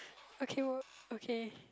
okay what okay